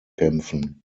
kämpfen